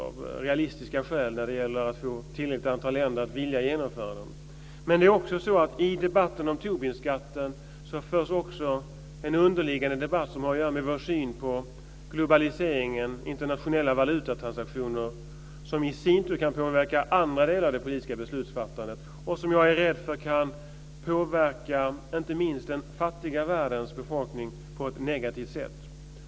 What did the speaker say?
Det är inte realistiskt att tro att man kan få ett tillräckligt antal länder att vilja genomföra den. Men i debatten om Tobinskatten förs också en underliggande debatt som har att göra med vår syn på globaliseringen och internationella valutatransaktioner som i sin tur kan påverka andra delar av det politiska beslutsfattandet och som jag är rädd för kan påverka inte minst den fattiga världens befolkning på ett negativt sätt.